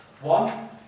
One